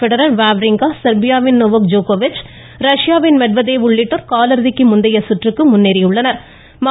Federer Wawrinka செர்பியாவின் Novak ஜோக்கோவிச் ரஷ்யாவின் மெட்வதேவ் உள்ளிட்டோர் காலிறுதிக்கு முந்தைய சுற்றுக்கு முன்னேறியுள்ளனர்